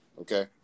Okay